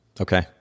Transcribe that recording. Okay